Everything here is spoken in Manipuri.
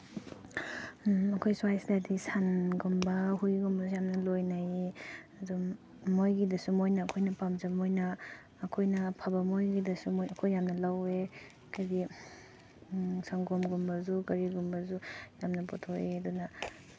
ꯑꯩꯈꯣꯏ ꯁ꯭ꯋꯥꯏꯁꯦ ꯍꯥꯏꯗꯤ ꯁꯟꯒꯨꯝꯕ ꯍꯨꯏꯒꯨꯝꯕꯁꯦ ꯌꯥꯝꯅ ꯂꯣꯏꯅꯩꯌꯦ ꯑꯗꯨꯝ ꯃꯣꯏꯒꯤꯗꯁꯨ ꯃꯣꯏꯅ ꯑꯩꯈꯣꯏꯅ ꯄꯥꯝꯖꯕ ꯃꯣꯏꯅ ꯑꯩꯈꯣꯏꯅ ꯐꯕ ꯃꯣꯏꯒꯤꯗꯁꯨ ꯃꯣꯏ ꯑꯩꯈꯣꯏ ꯌꯥꯝꯅ ꯂꯧꯋꯦ ꯀꯔꯤ ꯁꯪꯒꯣꯝꯒꯨꯝꯕꯁꯨ ꯀꯔꯤꯒꯨꯝꯕꯁꯨ ꯌꯥꯝꯅ ꯄꯨꯊꯣꯛꯑꯦ ꯑꯗꯨꯅ